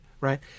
Right